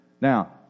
Now